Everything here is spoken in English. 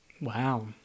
Wow